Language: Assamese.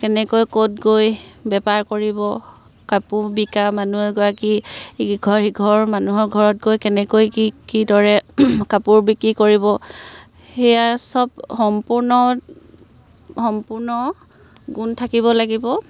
কেনেকৈ ক'ত গৈ বেপাৰ কৰিব কাপোৰ বিকা মানুহ এগৰাকী ঘৰ সিঘৰ মানুহৰ ঘৰত গৈ কেনেকৈ কি কিদৰে কাপোৰ বিক্ৰী কৰিব সেয়া সব সম্পূৰ্ণ সম্পূৰ্ণ গুণ থাকিব লাগিব